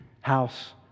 house